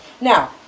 now